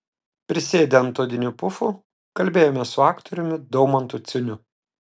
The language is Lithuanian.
prisėdę ant odinių pufų kalbėjomės su aktoriumi daumantu ciuniu